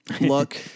Look